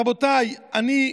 רבותיי, אני,